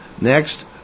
Next